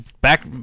back